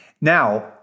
Now